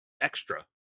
extra